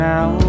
Now